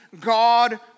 God